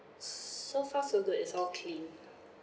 so far so good is all clean